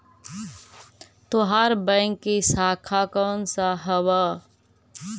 तोहार बैंक की शाखा कौन सा हवअ